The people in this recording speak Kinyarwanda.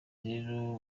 rero